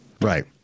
right